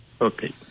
Okay